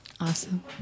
Awesome